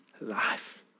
life